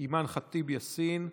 אימאן ח'טיב יאסין: